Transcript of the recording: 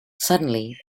suddenly